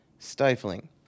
stifling